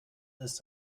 ist